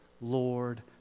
Lord